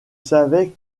savais